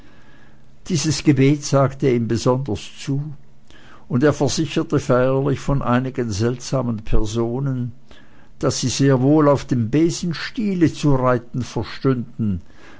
dieses gebiet sagte ihm besonders zu und er versicherte feierlich von einigen seltsamen personen daß sie sehr wohl auf dem besenstiele zu reiten verständen